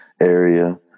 area